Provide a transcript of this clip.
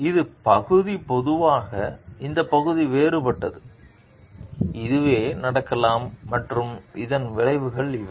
இந்த பகுதி பொதுவானது இந்த பகுதி வேறுபட்டது இதுவே நடக்கலாம் மற்றும் அதன் விளைவுகள் இவை